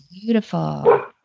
beautiful